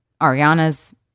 Ariana's